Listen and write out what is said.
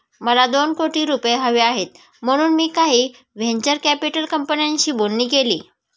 मला दोन कोटी रुपये हवे आहेत म्हणून मी काही व्हेंचर कॅपिटल कंपन्यांशी बोलणी केली